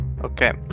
Okay